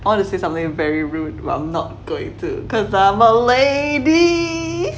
I want to say very rude but I'm not going to cause I'm a lady